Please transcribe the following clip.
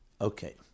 Okay